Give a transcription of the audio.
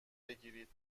بگیرید